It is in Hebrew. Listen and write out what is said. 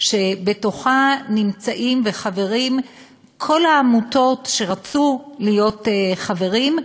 שבתוכה נמצאות וחברות כל העמותות שרצו להיות חברות,